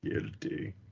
Guilty